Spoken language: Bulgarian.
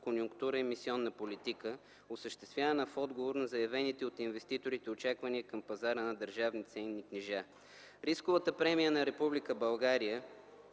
конюнктура емисионна политика, осъществявана в отговор на заявените от инвеститорите очаквания към пазара на държавни ценни книжа. Рисковата премия на